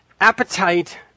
Appetite